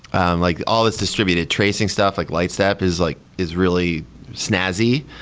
and like all is distributed, tracing stuff, like lightstep is like is really snazzy,